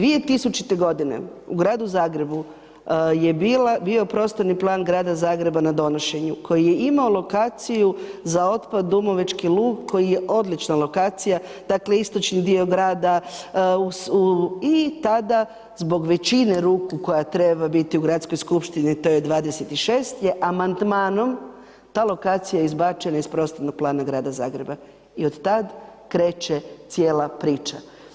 2000. godine u Gradu Zagrebu je bio Prostorni plan Grada Zagreba na donošenju koji je imao lokaciju za otpad Dumovećki luk koji je odlična lokacija, dakle istočni dio grada, i tada zbog većine ruku koja treba biti u gradskoj skupštini to je 26 je amandmanom ta lokacija izbačena iz Prostornog plana Grada Zagreba i od tad kreće cijela priča.